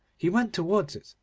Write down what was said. he went towards it,